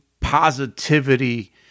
positivity